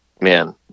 man